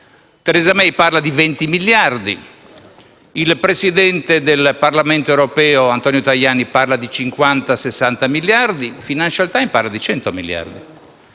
Theresa May parla di 20 miliardi, il presidente del Parlamento europeo Antonio Tajani parla di 50-60 miliardi, il «Financial Times» parla di 100 miliardi.